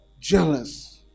Jealous